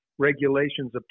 regulations